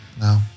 No